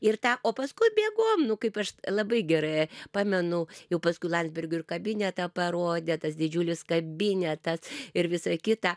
ir tą o paskui bėgom nu kaip aš labai gerai pamenu jau paskui landsbergiui ir kabinetą parodė tas didžiulis kabinetas ir visą kitą